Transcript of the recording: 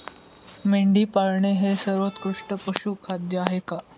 मेंढी पाळणे हे सर्वोत्कृष्ट पशुखाद्य आहे का?